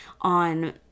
on